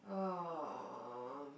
um